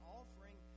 offering